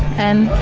and,